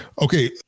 Okay